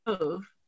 move